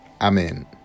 Amen